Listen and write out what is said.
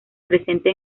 presente